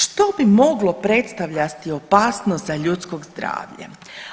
Što bi moglo predstavljati opasnost za ljudsko zdravlje?